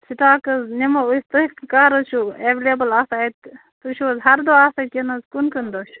stock حظ نِمو أسۍ تُہۍ کٔر حظ چھُو اویلیبٕل آسان تُہۍ چھُو حظ ہر دۄہ آسان کِنہِ حَظ کُنہِ کُنہِ دۄہ چھُو